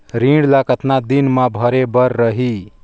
ऋण ला कतना दिन मा भरे बर रही?